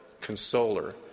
consoler